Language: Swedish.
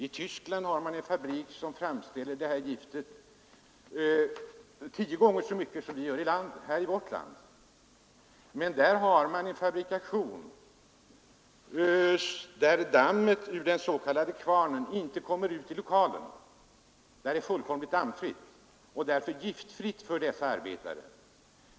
I Tyskland finns en fabrik som framställer tio gånger så mycket av det här giftet som vad man framställer i vårt land. Men vid fabrikationen där kommer dammet ur den s.k. kvarnen inte ut i lokalen. Där är det fullständigt dammfritt och därför giftfritt för arbetarna.